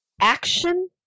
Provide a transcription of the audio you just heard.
action